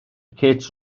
kate